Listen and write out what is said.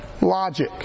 logic